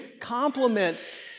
complements